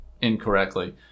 incorrectly